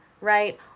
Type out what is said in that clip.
right